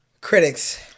Critics